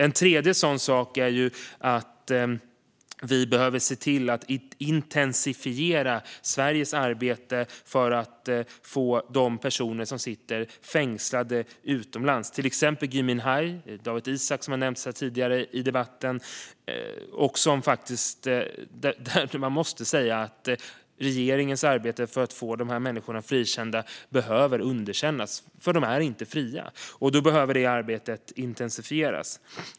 En tredje sådan sak är att Sveriges arbete behöver intensifieras när det gäller att få de personer som sitter fängslade utomlands, till exempel Gui Minhai och Dawit Isaak som har nämnts tidigare i debatten, frikända. Regeringens arbete för att få dem frikända behöver underkännas, för de är inte fria. Och då behöver det arbetet intensifieras.